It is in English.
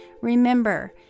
Remember